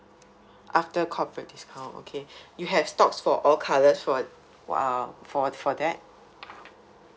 after corporate discount okay you have stocks for all colours for !wow! for for that